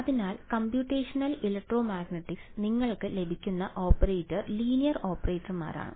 അതിനാൽ കമ്പ്യൂട്ടേഷണൽ ഇലക്ട്രോമാഗ്നെറ്റിക്സിൽ നിങ്ങൾക്ക് ലഭിക്കുന്ന ഓപ്പറേറ്റർ ലീനിയർ ഓപ്പറേറ്റർമാരാണ്